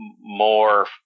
more